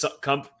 come